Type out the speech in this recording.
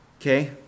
okay